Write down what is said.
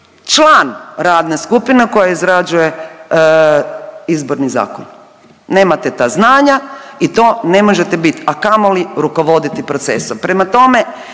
član radne skupine koja izrađuje Izborni zakon. Nemate ta znanja i to ne možete bit, a kamoli rukovoditi procesom. Prema tome,